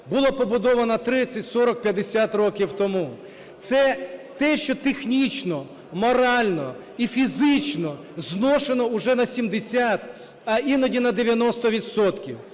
була побудована 30, 40, 50 років тому. Це те, що технічно, морально і фізично зношено уже на 70, а іноді на 90